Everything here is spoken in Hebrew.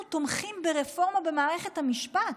אנחנו תומכים ברפורמה במערכת המשפט,